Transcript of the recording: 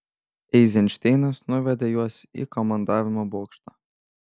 eizenšteinas nuvedė juos į komandavimo bokštą